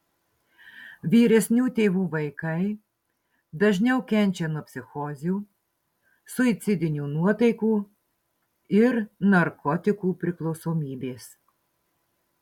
vyresnių tėvų vaikai dažniau kenčia nuo psichozių suicidinių nuotaikų ir narkotikų priklausomybės